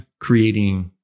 creating